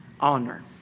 honor